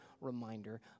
reminder